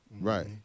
Right